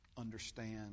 Understand